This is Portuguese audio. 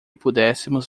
pudéssemos